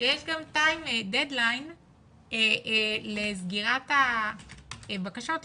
שיש גם dead line לסגירת הבקשות לפיצויים.